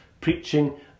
preaching